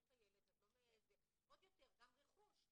עוד יותר גם רכוש.